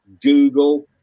google